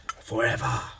forever